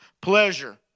pleasure